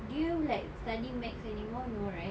do you like study math anymore no right